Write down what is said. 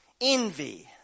envy